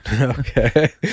Okay